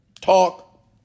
talk